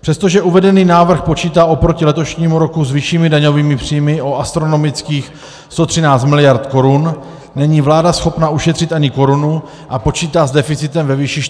Přestože uvedený návrh počítá oproti letošnímu roku s většími daňovými příjmy o astronomických 113 mld. korun, není vláda schopna ušetřit ani korunu a počítá s deficitem ve výši